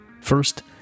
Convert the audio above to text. First